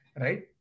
right